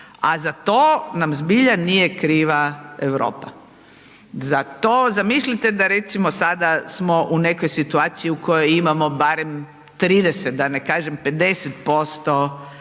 a za to nam zbilja nije kriva Europa. Za to, zamislite da recimo sada smo u nekoj situaciji u kojoj imamo barem 30, da ne kažem, 50%